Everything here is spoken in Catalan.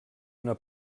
una